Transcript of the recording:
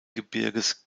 gebirges